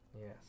Yes